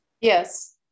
Yes